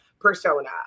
persona